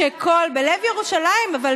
בלב ירושלים בירת הנצח של מדינת ישראל.